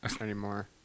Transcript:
anymore